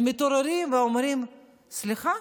הם מתעוררים ואומרים: סליחה,